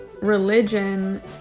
religion